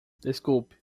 desculpe